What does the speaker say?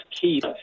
keep